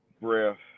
breath